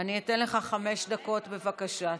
אני אתן לך חמש דקות, בבקשה.